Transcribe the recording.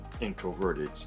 introverted